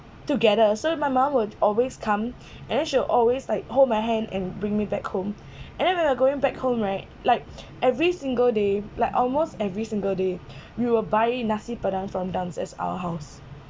together so my mom will always come and then she will always like hold my hand and bring me back home and then when we going back home right like every single day like almost every single day we will buy nasi padang from downstairs as our house